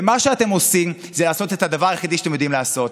ומה שאתם עושים זה לעשות את הדבר היחידי שאתם יודעים לעשות: